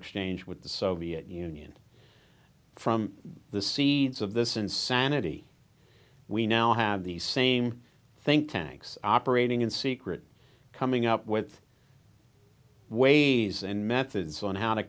exchange with the soviet union from the seeds of this insanity we now have the same think tanks operating in secret coming up with ways and methods on how to